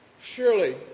Surely